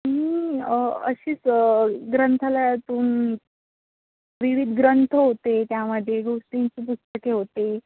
मी अशीच ग्रंथालयातून विविध ग्रंथ होते त्यामध्ये गोष्टींची पुस्तके होते